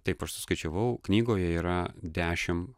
taip aš suskaičiavau knygoje yra dešim